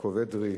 יעקב אדרי,